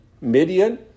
Midian